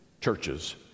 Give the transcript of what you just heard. churches